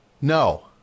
No